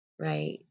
right